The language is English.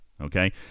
Okay